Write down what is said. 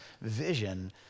vision